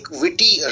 witty